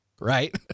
right